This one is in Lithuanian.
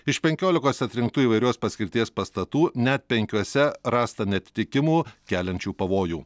iš penkiolikos atrinktų įvairios paskirties pastatų net penkiuose rasta neatitikimų keliančių pavojų